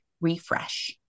refresh